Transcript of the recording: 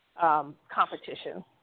Competition